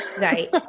Right